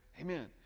amen